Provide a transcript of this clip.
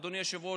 אדוני היושב-ראש,